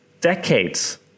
decades